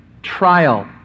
trial